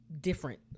different